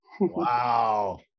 Wow